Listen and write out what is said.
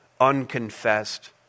unconfessed